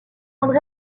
andre